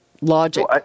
logic